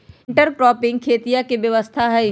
intercropping खेतीया के व्यवस्था हई